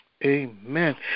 Amen